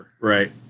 Right